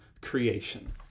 creation